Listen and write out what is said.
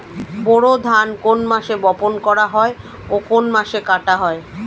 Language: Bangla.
বোরো ধান কোন মাসে বপন করা হয় ও কোন মাসে কাটা হয়?